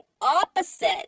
opposite